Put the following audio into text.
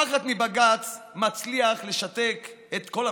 הפחד מבג"ץ מצליח לשתק את כל המדינה.